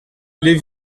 les